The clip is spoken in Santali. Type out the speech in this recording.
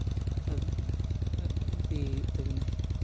ᱤᱫᱤ ᱦᱩᱭᱩᱜ ᱛᱟᱹᱵᱤᱱᱟ